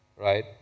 right